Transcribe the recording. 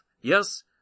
Yes